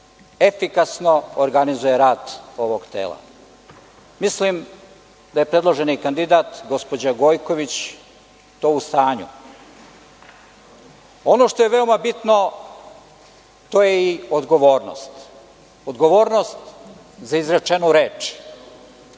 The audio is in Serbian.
efikasno organizuje rad ovog tela. Mislim da je predloženi kandidat, gospođa Gojković, to u stanju. Ono što je veoma bitno je odgovornost, odgovornost za izrečenu reč.